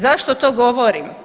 Zašto to govorim?